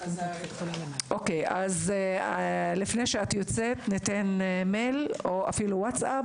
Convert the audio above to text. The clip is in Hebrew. גברתי, לפני שאת יוצאת, ניתן מייל או אפילו ווטסאפ